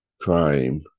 crime